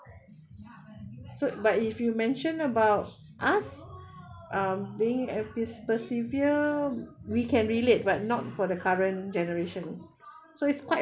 so but if you mentioned about us um being persevere we can relate but not for the current generation so it's quite